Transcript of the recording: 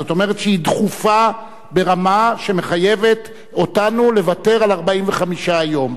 זאת אומרת שהיא דחופה ברמה שמחייבת אותנו לוותר על 45 יום.